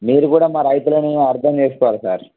మీరు కూడా మా రైతులని అర్థం చేసుకోవాలి సార్